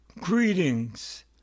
Greetings